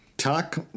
Talk